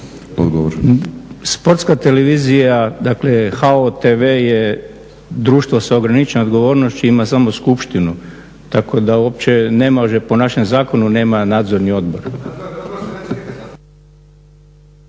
Sportska televizija, dakle, HAO tv je, društvo se ograniči na odgovornost … na skupštinu, tako da uopće ne može po našem zakonu nema nadzorni odbor.